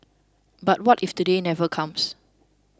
but what if that day never comes